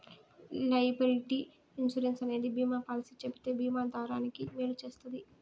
liability insurance అనేది బీమా policy చెబితే బీమా దారానికి మేలు చేస్తది